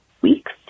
weeks